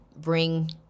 Bring